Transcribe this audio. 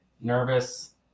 nervous